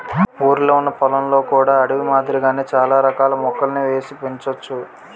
ఊరిలొ ఉన్న పొలంలో కూడా అడవి మాదిరిగా చాల రకాల మొక్కలని ఏసి పెంచోచ్చును